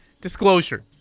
Disclosure